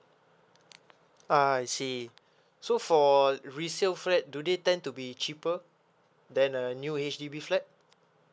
ah I see so for resale flat do they tend to be cheaper than a new H_D_B flat